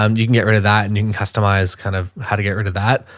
um you can get rid of that and you can customize kind of how to get rid of that.